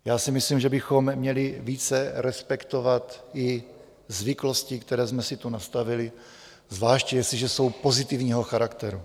Já si myslím, že bychom měli více respektovat i zvyklosti, které jsme si tu nastavili, zvlášť jestliže jsou pozitivního charakteru.